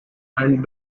and